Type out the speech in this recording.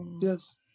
Yes